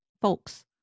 folks